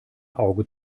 auge